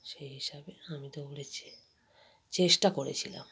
সেই হিসাবে আমি দৌড়েছি চেষ্টা করেছিলাম